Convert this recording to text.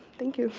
thank you.